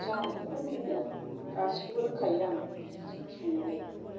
जायो बिदिनो गासिखौबो रोंखायो आं संनोलाय